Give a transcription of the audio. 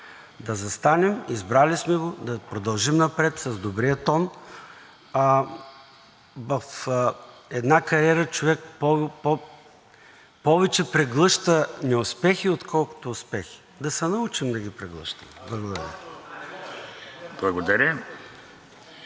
Да застанем, избрали сме го, да продължим напред с добрия тон. В една кариера човек повече преглъща неуспехи, отколкото успехи. Да се научим да ги преглъщаме. Благодаря Ви.